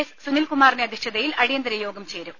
S സുനിൽകുമാറിന്റെ അധ്യക്ഷതയിൽ അടിയന്തരയോഗം ചേരും